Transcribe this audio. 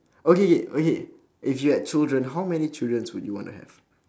okay okay if you had children how many children would you want to have